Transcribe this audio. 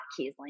Kiesling